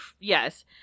yes